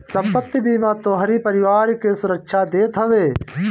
संपत्ति बीमा तोहरी परिवार के सुरक्षा देत हवे